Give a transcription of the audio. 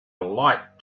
light